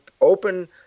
open